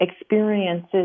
experiences